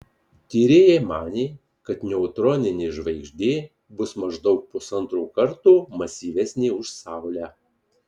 tyrėjai manė kad neutroninė žvaigždė bus maždaug pusantro karto masyvesnė už saulę